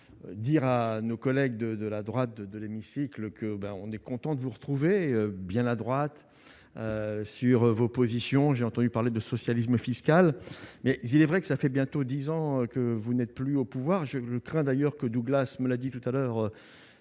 dire à nos collègues de de la droite de l'hémicycle que ben, on est content de vous retrouver bien la droite sur vos positions, j'ai entendu parler de socialisme fiscal mais il est vrai que ça fait bientôt 10 ans que vous n'êtes plus au pouvoir je crains d'ailleurs que Douglas me l'a dit tout à l'heure,